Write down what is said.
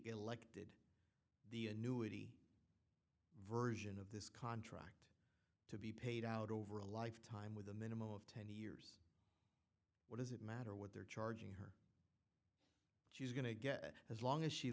elected the annuity version of this contract to be paid out over a lifetime with a minimum of ten what does it matter what they're charging her she's going to get as long as she